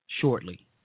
shortly